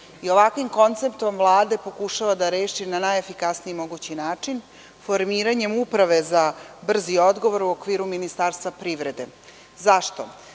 i ovakvim konceptom Vlade pokušava da reši na najefikasniji mogući način formiranjem uprave za brzi odgovor u okviru Ministarstva privrede. Zašto?